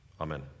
Amen